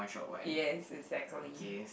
yes exactly